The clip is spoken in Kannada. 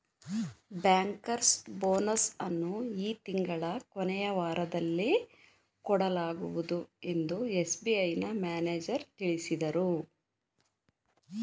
ಬ್ಯಾಂಕರ್ಸ್ ಬೋನಸ್ ಅನ್ನು ಈ ತಿಂಗಳ ಕೊನೆಯ ವಾರದಲ್ಲಿ ಕೊಡಲಾಗುವುದು ಎಂದು ಎಸ್.ಬಿ.ಐನ ಮ್ಯಾನೇಜರ್ ತಿಳಿಸಿದರು